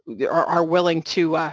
yeah are are willing to